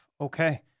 Okay